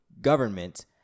government